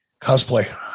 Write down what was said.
cosplay